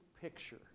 picture